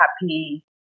happy